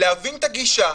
להבין את הגישה.